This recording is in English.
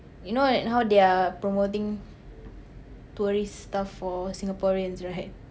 you know that now they are promoting tourist stuff for Singaporeans right